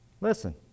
listen